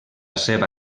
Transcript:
seva